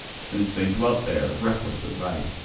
since they dwelt there reckless of right.